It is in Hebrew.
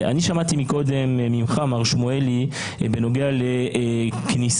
אני שמעתי קודם ממר שמואלי שבנושא כניסה